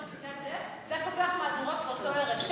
בפסגת-זאב זה היה פותח מהדורות באותו ערב.